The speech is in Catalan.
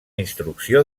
instrucció